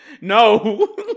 No